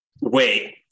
Wait